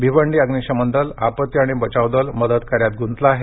भिवंडी अग्नीशन दल आपत्ती आणि बचाव दल मदत कार्यात गुंतले आहे